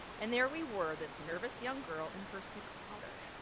and there we were this nervous young girl and her sick father.